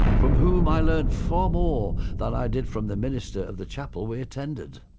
from whom i learned far more than i did from the minister of the chapel we attended.